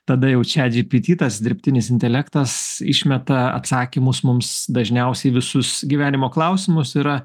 tada jau čat džy py tį tas dirbtinis intelektas išmeta atsakymus mums dažniausiai į visus gyvenimo klausimus yra